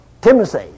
Timothy